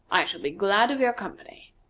i shall be glad of your company.